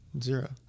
Zero